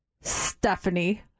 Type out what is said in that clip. Stephanie